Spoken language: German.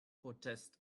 protest